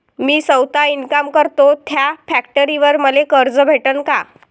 मी सौता इनकाम करतो थ्या फॅक्टरीवर मले कर्ज भेटन का?